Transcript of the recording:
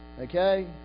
Okay